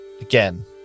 Again